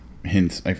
Hints